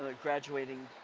ah graduating